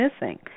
missing